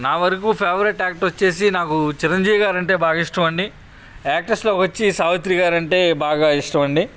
నా వరకు favourite actor వచ్చి నాకు చిరంజీవి గారు అంటే బాగా ఇష్టమండి యాక్టర్స్లో వచ్చి సావిత్రి గారు అంటే బాగా ఇష్టం అండి